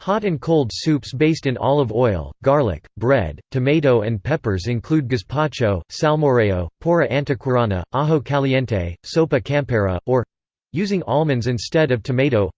hot and cold soups based in olive oil, garlic, bread, tomato and peppers include gazpacho, salmorejo, porra antequerana, ah ajo caliente, sopa campera, or using almonds instead of tomato